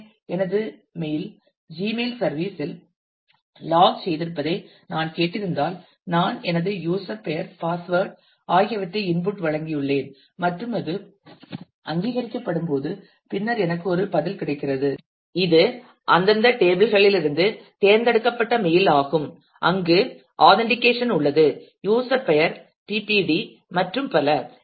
எனவே எனது mail Gmail service இல் லாக் செய்திருப்பதை நான் கேட்டிருந்தால் நான் எனது யூஸர் பெயர் பாஸ்வேர்டு ஆகியவற்றை இன்புட் வழங்கியுள்ளேன் மற்றும் அது அங்கீகரிக்கப்படும் பின்னர் எனக்கு ஒரு பதில் கிடைக்கிறது இது அந்தந்த டேபிள் களிலிருந்து தேர்ந்தெடுக்கப்பட்ட மெயில் ஆகும் அங்கு ஆதெந்றிக்கேஷன் உள்ளது யூஸர் பெயர் பிபிடி மற்றும் பல